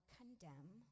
condemn